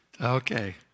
okay